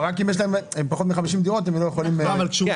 הם לא יכולים רק אם הם עם פחות מ-50 דירות.